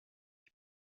ich